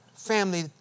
Family